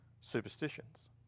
superstitions